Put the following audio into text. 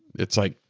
it's like,